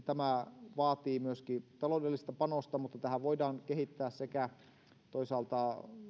tämä vaatii myöskin taloudellista panosta mutta tähän voidaan kehittää toisaalta